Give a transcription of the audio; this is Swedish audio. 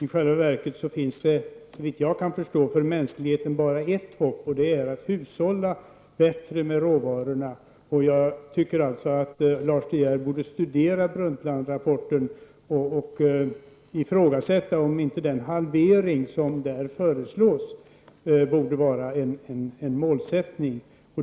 I själva verket finns det, såvitt jag kan förstå, bara ett hopp för mänskligheten, nämligen att man hushållar bättre med råvarorna. Jag tycker alltså att Lars De Geer borde studera Brundtlandrapporten och ifrågasätta om inte den halvering som föreslås där borde vara en målsättning.